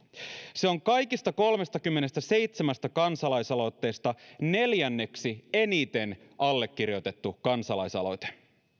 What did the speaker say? se on kaikista kolmestakymmenestäseitsemästä kansalaisaloitteesta neljänneksi eniten allekirjoitettu kansalaisaloite